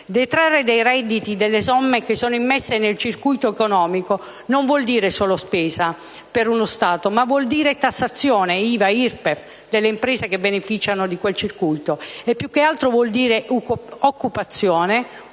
Detrarre dai redditi delle somme immesse nel circuito economico non vuol dire solo spesa per uno Stato ma vuol dire tassazione (IVA e IRPEF delle imprese che beneficiano di quel circuito) e, più che altro, vuol dire occupazione